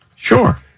Sure